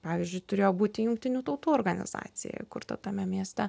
pavyzdžiui turėjo būti jungtinių tautų organizacija įkurta tame mieste